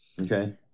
Okay